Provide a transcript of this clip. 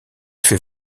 fait